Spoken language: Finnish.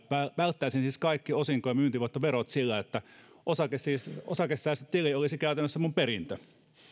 välttäisin siis kaikki osinko ja myyntivoittoverot sillä että osakesäästötili olisi käytännössä minun perintöni